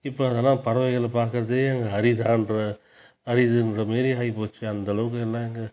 இப்போ என்னென்னா பறவைகள் பார்க்குறது அங்கே அரிதான்ற அரிதுன்ற மாரி ஆகிபோச்சு அந்தளவுக்கு